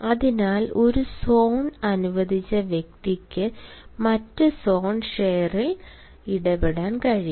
അതിനാൽ ഒരു സോൺ അനുവദിച്ച വ്യക്തിക്ക് മറ്റ് സോൺ ഷെയറിൽ ഇടപെടാൻ കഴിയില്ല